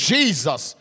Jesus